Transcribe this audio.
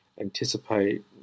anticipate